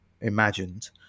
imagined